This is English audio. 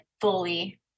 fully